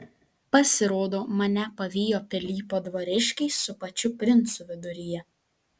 pasirodo mane pavijo pilypo dvariškiai su pačiu princu viduryje